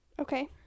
Okay